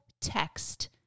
text